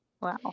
Wow